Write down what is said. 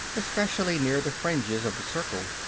especially near the fringes of the circle.